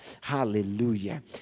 Hallelujah